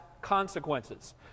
consequences